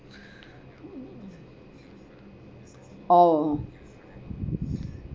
!ow!